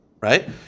Right